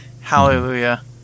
Hallelujah